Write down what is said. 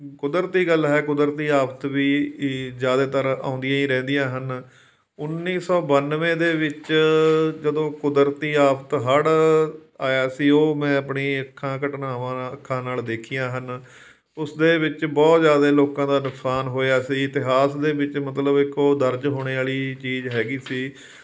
ਕੁਦਰਤੀ ਗੱਲ ਹੈ ਕੁਦਰਤੀ ਆਫਤ ਵੀ ਜ਼ਿਆਦਾਤਰ ਆਉਂਦੀਆਂ ਹੀ ਰਹਿੰਦੀਆਂ ਹਨ ਉੱਨੀ ਸੌ ਬਨਵੇਂ ਦੇ ਵਿੱਚ ਜਦੋਂ ਕੁਦਰਤੀ ਆਫਤ ਹੜ੍ਹ ਆਇਆ ਸੀ ਉਹ ਮੈਂ ਆਪਣੀ ਅੱਖਾਂ ਘਟਨਾਵਾਂ ਅੱਖਾਂ ਨਾਲ ਦੇਖੀਆਂ ਹਨ ਉਸ ਦੇ ਵਿੱਚ ਬਹੁਤ ਜ਼ਿਆਦਾ ਲੋਕਾਂ ਦਾ ਨੁਕਸਾਨ ਹੋਇਆ ਸੀ ਇਤਿਹਾਸ ਦੇ ਵਿੱਚ ਮਤਲਬ ਇਕੋ ਦਰਜ ਹੋਣੇ ਵਾਲੀ ਚੀਜ਼ ਹੈਗੀ ਸੀ